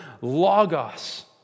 logos